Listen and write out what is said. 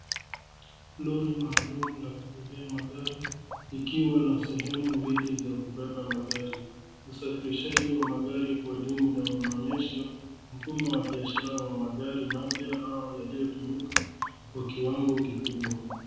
Lori maalum la kubebea magari, ikiwa na sehemu mbili za kubeba magari. Usafirishaji wa magari kwa jumla unaonyesha mfumo wa biashara wa magari mapya au yaliyotumika kwa kiwango kikubwa.